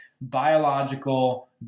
biological